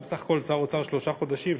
שהוא שר האוצר בסך הכול שלושה חודשים,